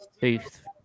booth